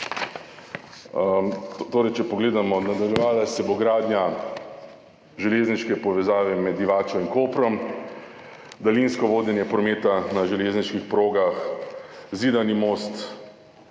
Torej, če pogledamo, nadaljevala se bo gradnja železniške povezave med Divačo in Koprom, daljinsko vodenje prometa na železniških progah Zidani